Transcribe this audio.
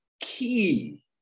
key